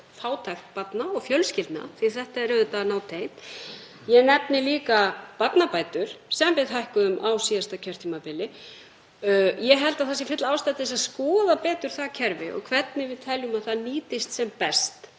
fátækt barna og fjölskyldna, því að þetta er auðvitað nátengt. Ég nefndi líka barnabætur sem við hækkuðum á síðasta kjörtímabili. Ég held að það sé full ástæða til að skoða betur það kerfi og hvernig við teljum að það nýtist sem best